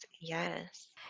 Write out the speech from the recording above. Yes